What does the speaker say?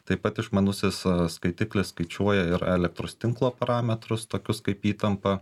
taip pat išmanusis skaitiklis skaičiuoja ir elektros tinklo parametrus tokius kaip įtampa